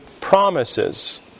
promises